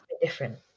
different